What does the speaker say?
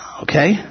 Okay